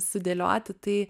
sudėlioti tai